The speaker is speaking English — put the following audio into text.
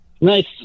Nice